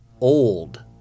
old